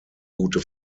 gute